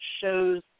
shows